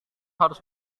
harus